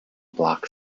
block